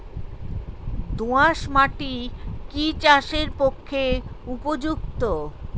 দোআঁশ মাটি কি চাষের পক্ষে উপযুক্ত?